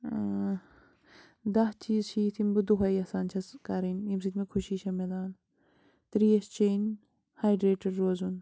دَہ چیٖز چھِ یِتھۍ یِم بہٕ دۄہَے یَژھان چھَس کَرٕنۍ ییٚمہِ سۭتۍ مےٚ خوشی چھےٚ مِلان ترٛیش چیٚنۍ ہایڈرٛیٹٕڈ روزُن